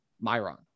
Myron